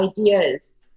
ideas